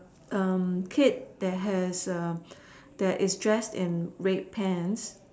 kid that has that is dressed in red pants